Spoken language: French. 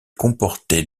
comportaient